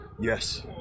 Yes